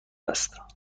است